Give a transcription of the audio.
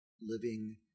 living